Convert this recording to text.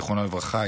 זיכרונו לברכה,